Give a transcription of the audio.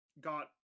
got